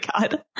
God